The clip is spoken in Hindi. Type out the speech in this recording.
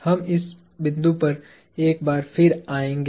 हम इस बिंदु पर एक बार फिर आएंगे